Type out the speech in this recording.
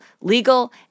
legal